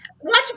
watch